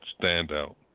standout